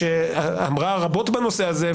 -- שאמרה רבות בנושא הזה,